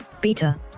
Beta